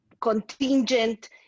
contingent